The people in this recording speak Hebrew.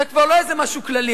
זה כבר לא איזה משהו כללי.